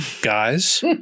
guys